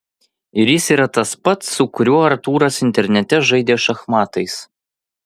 ir jis yra tas pats su kuriuo artūras internete žaidė šachmatais